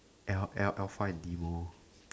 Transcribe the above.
L L alpha and D vow